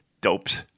dopes